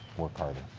work harder.